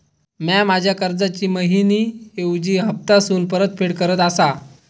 म्या माझ्या कर्जाची मैहिना ऐवजी हप्तासून परतफेड करत आसा